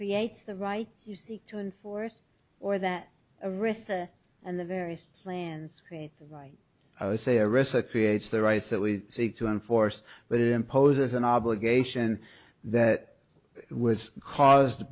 creates the right to enforce or that risk and the various plans say a ressa creates the rights that we seek to enforce but it imposes an obligation that was caused